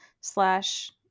Slash